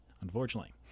Unfortunately